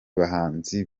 bahanzi